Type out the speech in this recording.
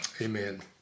Amen